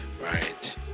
right